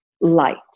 light